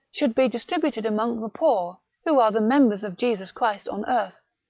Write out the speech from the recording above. should be distributed among the poor, who are the members of jesus christ on earth.